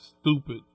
stupid